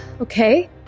Okay